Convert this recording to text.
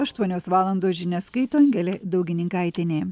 aštuonios valandos žinias skaito angelė daugininkaitienė